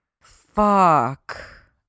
Fuck